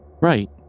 Right